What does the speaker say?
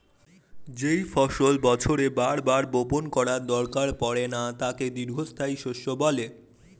যেই ফসল বছরে বার বার বপণ করার দরকার পড়ে না তাকে দীর্ঘস্থায়ী শস্য বলে